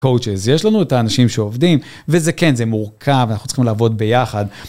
יש לנו את האנשים שעובדים, וזה כן, זה מורכב, אנחנו צריכים לעבוד ביחד.